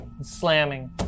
slamming